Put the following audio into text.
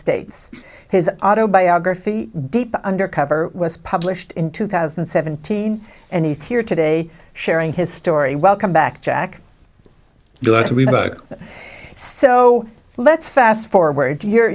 states his autobiography deep undercover was published in two thousand and seventeen and he's here today sharing his story welcome back jack so let's fast forward